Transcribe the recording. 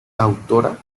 autora